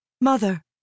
Mother